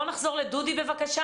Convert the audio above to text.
נחזור לדודי, בבקשה.